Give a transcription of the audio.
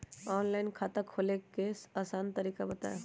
Online खाता खोले के आसान तरीका बताए?